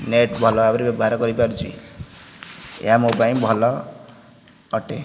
net ଭଲ ଭାବରେ ବ୍ୟବହାର କରିପାରୁଛି ଏହା ମୋ ପାଇଁ ଭଲ ଅଟେ